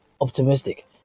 optimistic